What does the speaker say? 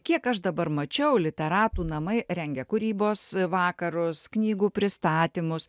kiek aš dabar mačiau literatų namai rengia kūrybos vakarus knygų pristatymus